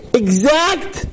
exact